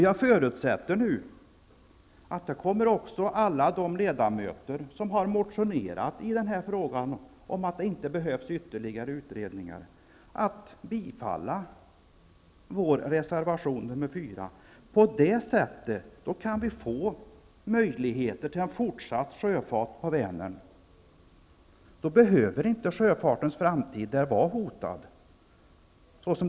Jag förutsätter att alla de ledamöter som har motionerat om att det inte behövs ytterligare utredningar också kommer att göra det och bifalla vår reservation nr 4. Då kan vi få möjligheter till en fortsatt sjöfart på Vänern. Då behöver inte sjöfartens framtid där vara hotad.